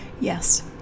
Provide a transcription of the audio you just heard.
yes